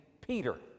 Peter